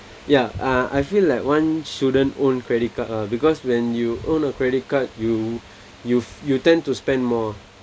ya uh I feel like one shouldn't own credit card lah because when you own a credit card you you've tend to spend more